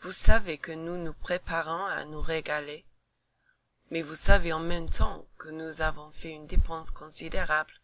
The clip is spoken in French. vous savez que nous nous préparons à nous régaler mais vous savez en même temps que nous avons fait une dépense considérable